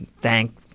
Thank